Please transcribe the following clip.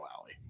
Alley